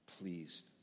pleased